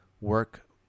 work